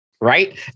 Right